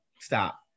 stop